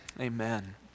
amen